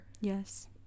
Yes